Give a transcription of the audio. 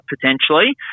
potentially